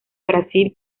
brasil